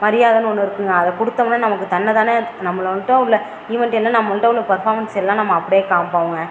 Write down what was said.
மரியாதைனு ஒன்று இருக்குங்க அதை கொடுத்தோம்னா நமக்கு தன்ன தானே நம்மகிட்ட உள்ளே ஈவென்ட் என்ன நம்மகிட்ட உள்ளே பர்ஃபாம்மென்ஸ்லாம் அப்படியே காமிப்போங்க